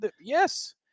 yes